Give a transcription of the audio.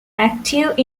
active